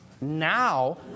now